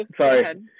Sorry